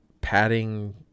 padding